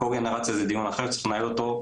הקוגנרציה זה דיון אחר, צריך לנהל אותו.